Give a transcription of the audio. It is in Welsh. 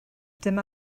dyma